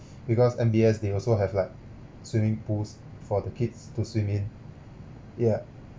because M_B_S they also have like swimming pools for the kids to swim in yeah